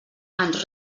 ens